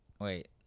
wait